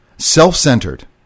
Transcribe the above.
Self-centered